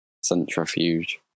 Centrifuge